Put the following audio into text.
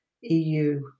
EU